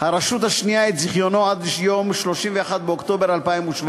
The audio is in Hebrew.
הרשות השנייה את זיכיונו עד יום 31 באוקטובר 2017,